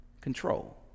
control